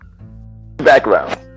Background